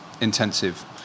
intensive